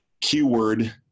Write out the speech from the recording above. keyword